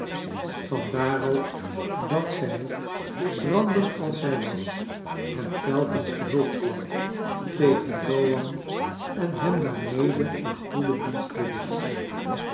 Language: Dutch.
vandaar ook dat zij schrander als zij was hem telkens te hulp kwam tegen gowan en hem daarmede een goeden dienst bewees